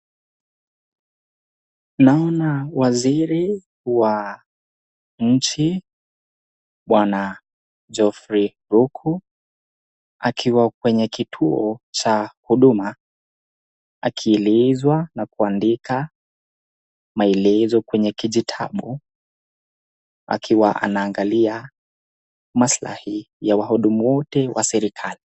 Naona waziri wa nchi bwana Geoffrey Ruku akiwa kwenye kituo Cha huduma akiulizwa na kuandika maelezo kwenye kijitabu akiwa anaangalia. maslai ya wahudumu wote wa serikali.